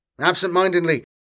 absentmindedly